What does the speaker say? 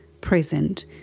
present